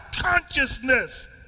consciousness